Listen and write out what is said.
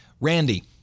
Randy